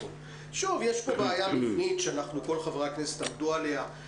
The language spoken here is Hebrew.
שוב, יש פה בעיה מבנית שכל חברי הכנסת עמדו עליה.